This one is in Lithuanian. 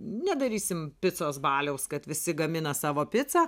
nedarysim picos baliaus kad visi gamina savo picą